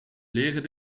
leren